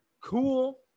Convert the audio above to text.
Cool